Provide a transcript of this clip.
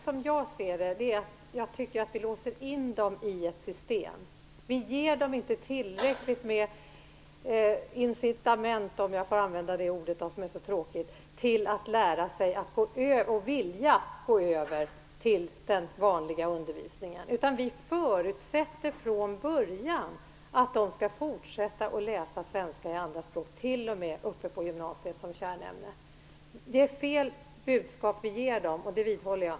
Fru talman! Jag tycker att vi låser in dem i ett system. Vi ger dem inte tillräckligt med incitament, om jag får använda det ordet som är så tråkigt, till att lära sig och vilja gå över till den vanliga undervisningen. Vi förutsätter från början att de skall fortsätta att läsa svenska som andra språk t.o.m. uppe på gymnasiet som kärnämne. Det är fel budskap vi ger dem. Jag vidhåller det.